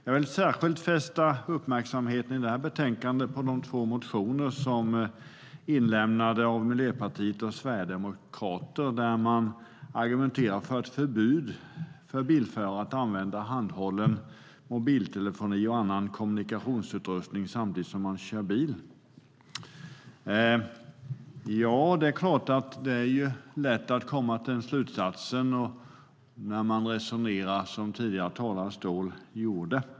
Jag vill särskilt fästa uppmärksamheten på de två motioner i betänkandet som är inlämnade av Miljöpartiet och Sverigedemokraterna, där man argumenterar för ett förbud för bilförare att använda handhållen mobiltelefon och annan kommunikationsutrustning samtidigt som man kör bil. Det är klart att det är lätt att komma till den slutsatsen när man resonerar som tidigare talare, Ståhl, gjorde.